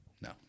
no